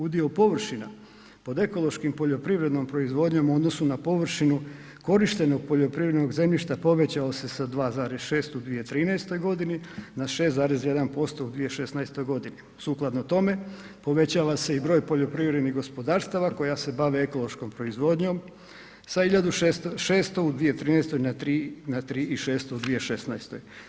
Udio površina pod ekološki poljoprivrednom proizvodnjom u odnosu na površinu korištenog poljoprivrednog zemljišta povećao se sa 2,6 u 2013. g. na 6,1% u 2016. g. Sukladno tome, povećava se i broj poljoprivrednih gospodarstava koja se bave ekološkom proizvodnjom sa 1600 u 2013. na 3 i 600 u 2016.